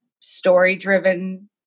story-driven